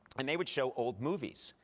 and they would show old movies.